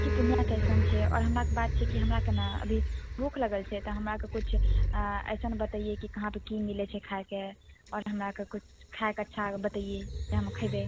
कि पूर्णियाँ कैसन छै आओर हमराके बात छै कि हमराके ने अभी भूख लगल छै तऽ हमराके किछु ऐसन बतैयै कि कहाँ पे की मिलै छै खायके आओर हमराकेँ किछु खाएके अच्छा बतैयै जे हम खयबै